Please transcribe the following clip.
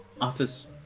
office